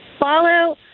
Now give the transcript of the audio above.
follow